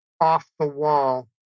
off-the-wall